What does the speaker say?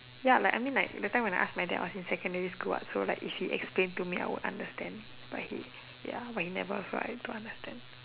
ya like I mean like that time when I ask I was in secondary school what so like if she explain to me I would understand but he ya but he never so I don't understand